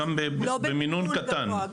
לא במינון גבוה,